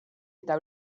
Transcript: eta